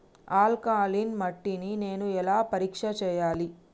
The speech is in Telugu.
ఆల్కలీన్ మట్టి ని నేను ఎలా పరీక్ష చేయాలి?